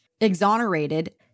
exonerated